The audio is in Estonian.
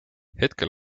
hetkel